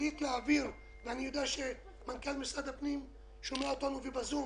החליט להעביר ואני יודע שמנכ"ל משרד הפנים שומע אותנו בזום